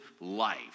life